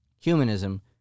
Humanism